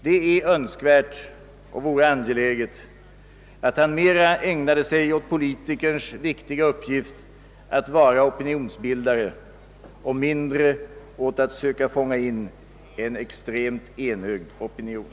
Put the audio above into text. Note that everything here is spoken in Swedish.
Det är önskvärt och angeläget att han mer ägnar sig åt politikerns viktiga uppgift att vara opinionsbildare och mindre åt att söka fånga in en extremt enögd opinion.